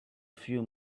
few